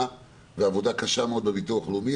ויש עבודה קשה מאוד בביטוח הלאומי,